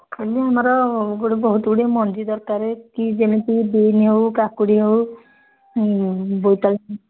ଖାଲି ଆମର ଗୋଟେ ବହୁତ ଗୁଡ଼ିଏ ମଞ୍ଜି ଦରକାର କି ଯେମିତି ବିନ ହେଉ କାକୁଡ଼ି ହେଉ ବୋଇତାଳୁ